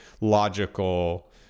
logical